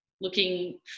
looking